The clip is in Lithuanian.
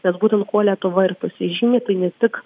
nes būtent kuo lietuva ir pasižymi tai ne tik